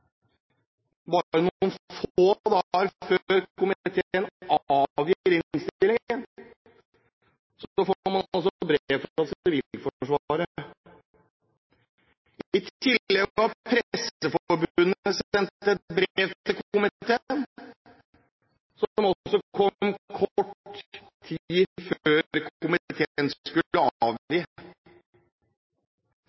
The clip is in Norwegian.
bare noen få dager før komiteen avgir innstillingen – får man brev fra Sivilforsvaret. I tillegg har Presseforbundet sendt et brev til komiteen, som også kom kort tid